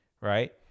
right